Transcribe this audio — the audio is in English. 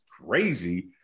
crazy